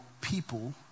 people